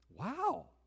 Wow